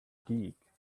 geek